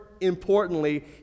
importantly